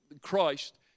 Christ